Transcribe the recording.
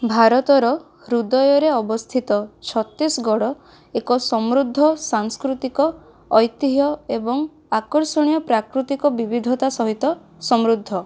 ଭାରତର ହୃଦୟରେ ଅବସ୍ଥିତ ଛତିଶଗଡ଼ ଏକ ସମୃଦ୍ଧ ସାଂସ୍କୃତିକ ଐତିହ୍ୟ ଏବଂ ଆକର୍ଷଣୀୟ ପ୍ରାକୃତିକ ବିବିଧତା ସହିତ ସମୃଦ୍ଧ